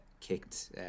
kicked